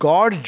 God